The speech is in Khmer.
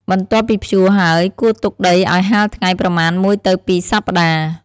បន្ទាប់ពីភ្ជួរហើយ គួរទុកដីឲ្យ ហាលថ្ងៃ ប្រមាណ ១ ទៅ ២ សប្តាហ៍។